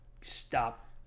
stop